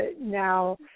now